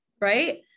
right